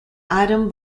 atom